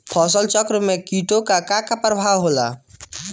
फसल चक्रण में कीटो का का परभाव होला?